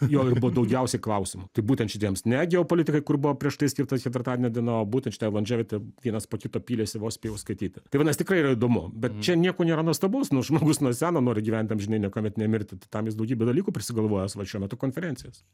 jo ir buvo daugiausiai klausimų tai būtent šitiems ne geopolitikai kur buvo prieš tai skirta ketvirtadienio diena būtent šitai landževiti vienas po kito pylėsi vos spėjau skaityti tai vadinas tikrai yra įdomu bet čia nieko nėra nuostabaus nu žmogus nuo seno nori gyvent amžinai niekuomet nemirti tai tam jis daugybę dalykų prisigalvojęs va šiuo metu konferencijos